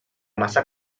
masa